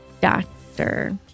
doctor